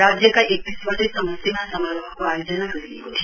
राज्यका एक्तिसवटै समष्टिमा समारोहको आयोजना गरिएको थियो